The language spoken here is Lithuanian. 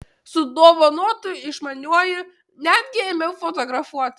su dovanotu išmaniuoju netgi ėmiau fotografuoti